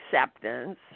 acceptance